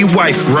wife